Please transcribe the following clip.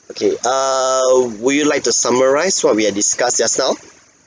okay err would you like to summarize what we have discussed just now